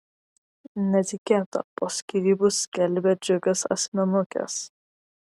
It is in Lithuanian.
netikėta po skyrybų skelbia džiugias asmenukes